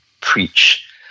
preach